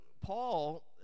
Paul